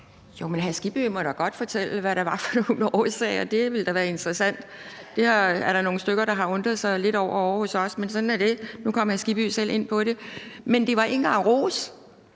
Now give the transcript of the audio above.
Hans Kristian Skibby må da godt fortælle, hvad det var for nogle årsager. Det ville da være interessant. Det er der nogle stykker der har undret sig lidt over ovre hos os, men sådan er det. Nu kom hr. Hans Kristian Skibby selv ind på det. Men det var ikke engang ros,